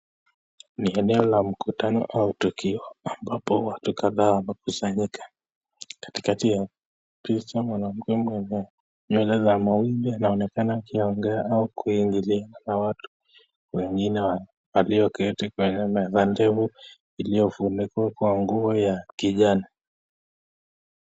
Ni eneo la mkutano au tukio ambapo watu kadhaa wamekusanyika, katikati ya picha mwanamke mwenye nywele za mawimbi anaonekana akiongea au kuingiliana na watu wengine walioketi kwenye meza ndefu iliyofunikwa kwa nguo ya kijani.